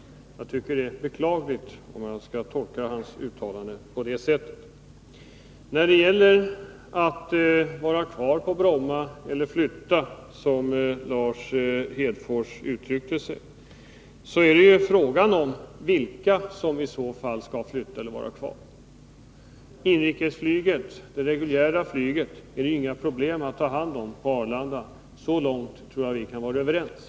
Om hans uttalande skall tolkas på det sättet är det beklagligt. När det gäller att vara kvar på Bromma eller att flytta — som Lars Hedfors uttryckte sig — är det en fråga om vad som i så fall skall flytta eller vara kvar. Att ha inrikesflyget, det reguljära flyget, på Arlanda medför inga problem. Så långt tror jag att vi är överens.